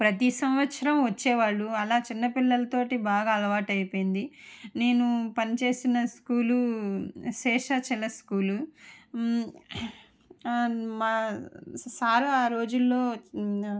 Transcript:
ప్రతీ సంవత్సరం వచ్చే వాళ్ళు అలా చిన్న పిల్లలతో బాగా అలవాటైపోయింది నేను పని చేస్తున్న స్కూలు శేషాచల స్కూలు మా సార్ ఆ రోజుల్లో